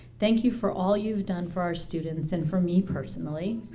thank you for all you've done for our students and for me personally.